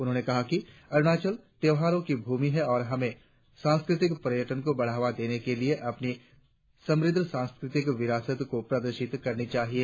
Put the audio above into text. उन्होंने कहा कि अरुणाचल त्योहारो की भूमि है और हमे सांस्कृतिक पर्यटन को बढ़ावा देने के लिए अपनी समृद्ध सांस्कृतिक विरासत को प्रदर्शित करना चाहिए